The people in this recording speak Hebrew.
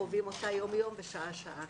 חווים אותה יום יום ושעה שעה.